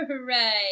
Right